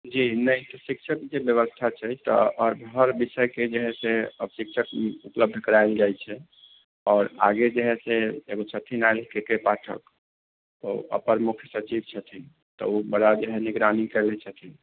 जी नहि शिक्षके जे व्यवस्था छै तऽ हर विषयके जे है से मतलब शिक्षक उपलब्ध कराएल जाइ छै और आगे जे है से एगो छथिन आएल के के पाठक ऊ अपर मुख्य सचिव छथिन तऽऊ बड़ा जे है निगरानी कयले छथिन